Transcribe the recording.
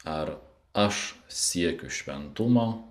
ar aš siekiu šventumo